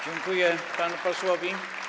Dziękuję panu posłowi.